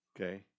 Okay